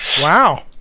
Wow